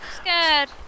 scared